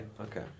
okay